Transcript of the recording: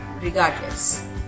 regardless